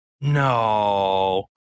No